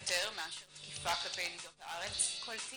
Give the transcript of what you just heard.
אני לא רוצה להאריך כי יש המון אנשים שצריכים